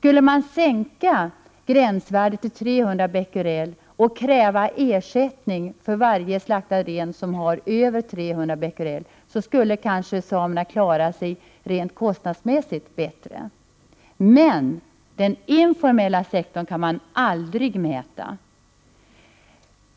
Om man sänkte gränsvärdet till 300 bq och krävde ersättning för varje slaktad ren som har över 300 bq, skulle kanske samerna klara sig bättre rent kostnadsmässigt. Men den informella sektorn kan man aldrig mäta.